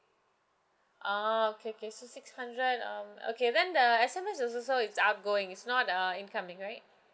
ah okay okay so six hundred um okay then the S_M_S is also it's outgoing it's not uh incoming right